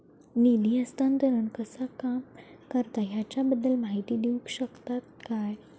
निधी हस्तांतरण कसा काम करता ह्याच्या बद्दल माहिती दिउक शकतात काय?